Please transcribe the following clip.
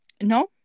No